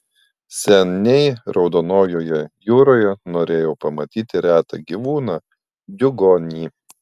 seniai raudonojoje jūroje norėjau pamatyti retą gyvūną diugonį